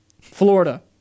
florida